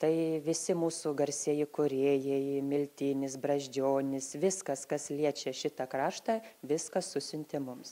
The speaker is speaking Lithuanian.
tai visi mūsų garsieji kūrėjai miltinis brazdžionis viskas kas liečia šitą kraštą viskas susiuntė mums